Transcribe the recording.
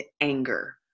anger